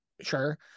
sure